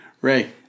Ray